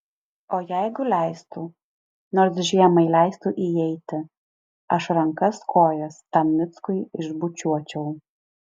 o jeigu leistų nors žiemai leistų įeiti aš rankas kojas tam mickui išbučiuočiau